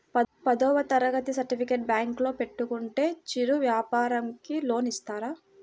పదవ తరగతి సర్టిఫికేట్ బ్యాంకులో పెట్టుకుంటే చిరు వ్యాపారంకి లోన్ ఇస్తారా?